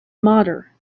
mater